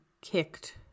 kicked